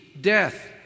death